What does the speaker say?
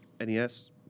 NES